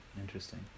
Interesting